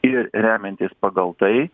ir remiantis pagal tai